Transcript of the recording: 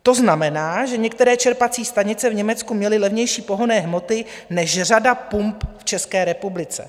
To znamená, že některé čerpací stanice v Německu měly levnější pohonné hmoty než řada pump v České republice.